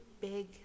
big